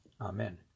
Amen